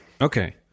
Okay